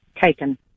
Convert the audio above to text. taken